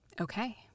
okay